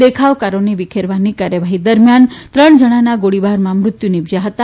દેખાવકારોને વિખેરવાની કાર્યવાહી દરમિયાન ત્રણ જણના ગોળીબારમાંમૃત્યુ નિપજયા હતા